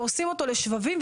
גורסים אותו לשבבים,